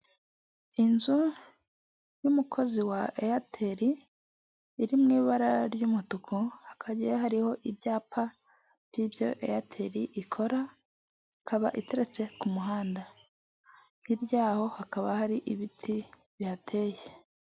Inzu y'umukozi wa eyateri iri mu ibara ry'umutuku hakajya hariho ibyapa by'ibyo eyateri ikora, ikaba iteretse ku muhanda hirya y'aho hakaba hari ibiti bihateye.